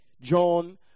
John